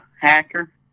hacker